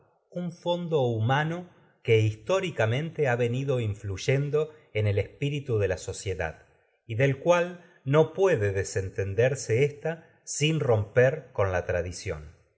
un fondo humano que históricamen en ha venido influyendo cual no el espíritu de la so ciedad sin y del puede desentenderse ésta es romper con la tradición